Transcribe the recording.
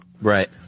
Right